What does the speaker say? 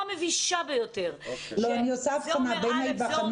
מבישה ביותר שזה אומר א' וזה אומר ב'.